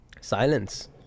silence